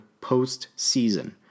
POSTSEASON